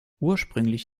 ursprünglich